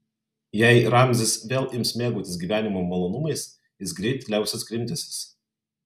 jei ramzis vėl ims mėgautis gyvenimo malonumais jis greit liausis krimtęsis